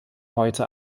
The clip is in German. heute